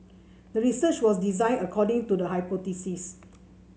the research was designed according to the hypothesis